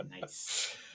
Nice